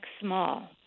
small